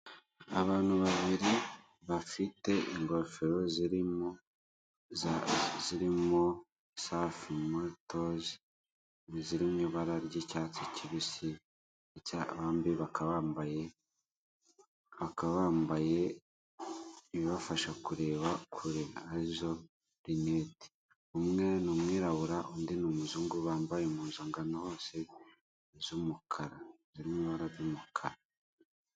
Uducupa twinshi cyane duteretse ahagenewe guterekwa, utwo ducupa tukaba turimo ibiryohera cyane bikoze mu mata ndetse n'inkeri. Bikaba bikorerwa mu ruganda rukorera I Masaka.